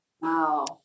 wow